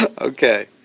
Okay